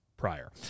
prior